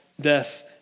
death